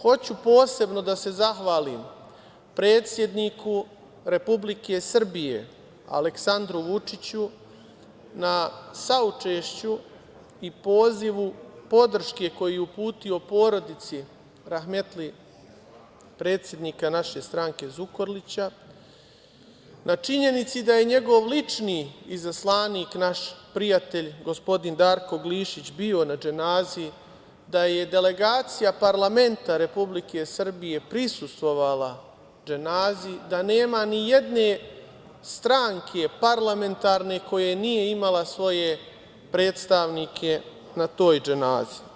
Hoću posebno da se zahvalim predsedniku Republike Srbije, Aleksandru Vučiću na saučešću i pozivu podrške koju je uputio porodici rahmetli predsednika naše stranke Zukorlića, na činjenici da je njegov lični izaslanik, naš prijatelj, gospodin Darko Glišić bio na dženazi, da je delegacija parlamenta Republike Srbije prisustvovala dženazi, da nema ni jedne stranke parlamentarne koja nije imala svoje predstavnike na toj dženazi.